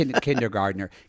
kindergartner